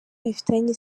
bifitanye